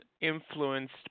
influenced